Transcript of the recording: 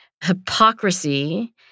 hypocrisy